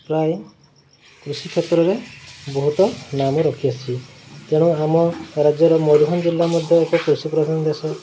ପ୍ରାୟ କୃଷି କ୍ଷେତ୍ରରେ ବହୁତ ନାମ ରଖିଅଛି ତେଣୁ ଆମ ରାଜ୍ୟର ମୟୂରଭଞ୍ଜ ଜିଲ୍ଲା ମଧ୍ୟ ଏକ କୃଷି ପ୍ରଧାନ ଦେଶ